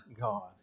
God